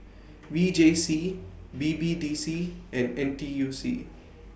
V J C B B D C and N T U C